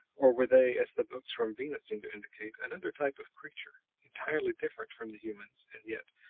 or were they, as the books from venus seemed to indicate, another type of creature, entirely different from the humans, and yet,